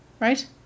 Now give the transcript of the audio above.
Right